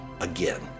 again